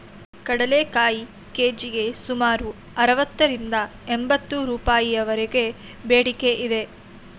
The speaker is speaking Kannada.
ಕಡಲೆಕಾಯಿ ಕೆ.ಜಿಗೆ ಸುಮಾರು ಅರವತ್ತರಿಂದ ಎಂಬತ್ತು ರೂಪಾಯಿವರೆಗೆ ಬೇಡಿಕೆ ಇದೆ